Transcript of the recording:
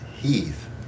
heath